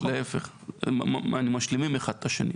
להיפך, אנחנו משלימים אחד את השני.